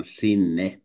sinne